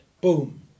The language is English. boom